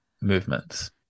movements